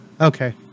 Okay